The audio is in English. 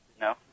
No